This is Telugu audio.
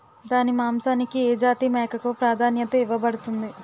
దాని మాంసానికి ఏ జాతి మేకకు ప్రాధాన్యత ఇవ్వబడుతుంది?